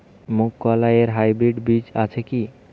মুগকলাই এর হাইব্রিড বীজ আছে কি?